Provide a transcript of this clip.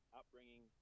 upbringing